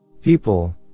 People